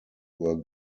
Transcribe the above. were